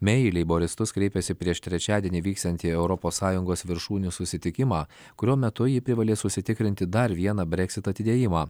mei į leiboristus kreipėsi prieš trečiadienį vyksiantį europos sąjungos viršūnių susitikimą kurio metu ji privalės užsitikrinti dar vieną breksit atidėjimą